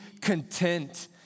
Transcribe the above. content